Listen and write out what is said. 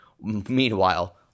Meanwhile